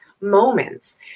moments